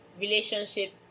relationship